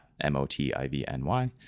M-O-T-I-V-N-Y